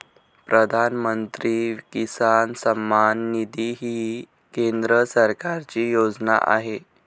प्रधानमंत्री किसान सन्मान निधी ही केंद्र सरकारची योजना आहे